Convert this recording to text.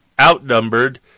outnumbered